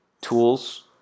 tools